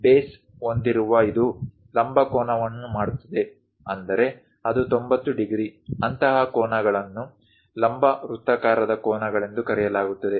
ಆದ್ದರಿಂದ ಬೇಸ್ ಹೊಂದಿರುವ ಇದು ಲಂಬ ಕೋನವನ್ನು ಮಾಡುತ್ತದೆ ಅಂದರೆ ಅದು 90 ಡಿಗ್ರಿ ಅಂತಹ ಕೋನ್ಗಳನ್ನು ಲಂಬ ವೃತ್ತಾಕಾರದ ಕೋನ್ಗಳೆಂದು ಕರೆಯಲಾಗುತ್ತದೆ